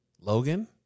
Logan